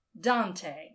Dante